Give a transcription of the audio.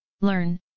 learn